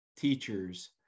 teachers